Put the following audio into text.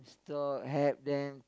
to all help them